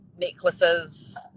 necklaces